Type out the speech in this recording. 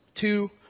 Two